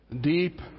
deep